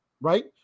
right